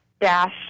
dash